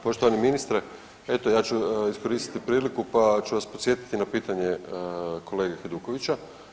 Poštovani ministre eto ja ću iskoristiti priliku pa ću vas podsjetiti na pitanje kolege Hajdukovića.